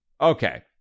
Okay